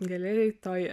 galerijoj toj